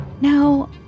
Now